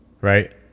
right